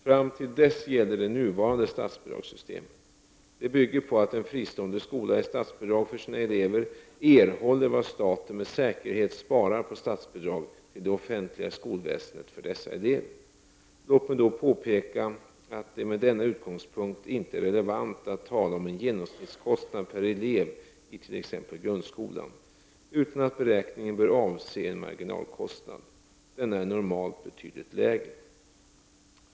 Fram till dess gäller det nuvarande statsbidragssystemet. Det bygger på att en fristående skola i statsbidrag för sina elever erhåller vad staten med säkerhet sparar på statsbidrag till det offentliga skolväsendet för dessa elever. Låt mig då påpeka att det med utgångspunkt häri inte är relevant att tala om en genomsnittskostnad per elev i t.ex. grundskolan, utan att beräkningen bör avse en marginalkostnad. Denna är normalt betydligt lägre.